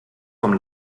com